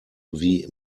wie